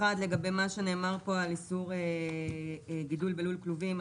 לגבי מה שנאמר פה על איסור גידול בלול כלובים,